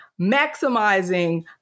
maximizing